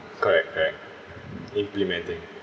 correct correct implementing